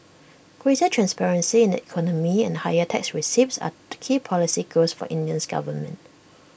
greater transparency in the economy and higher tax receipts are key policy goals for India's government